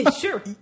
Sure